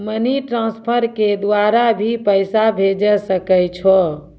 Money transfer के द्वारा भी पैसा भेजै सकै छौ?